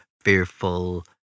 fearful